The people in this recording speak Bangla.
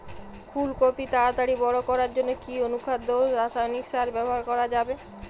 ফুল কপি তাড়াতাড়ি বড় করার জন্য কি অনুখাদ্য ও রাসায়নিক সার ব্যবহার করা যাবে?